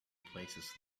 places